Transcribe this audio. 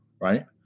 right